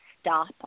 stop